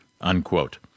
unquote